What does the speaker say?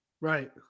Right